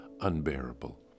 unbearable